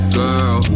girl